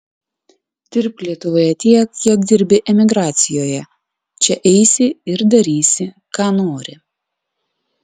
dirbk lietuvoje tiek kiek dirbi emigracijoje čia eisi ir darysi ką nori